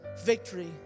Victory